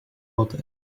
water